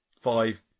five